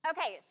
Okay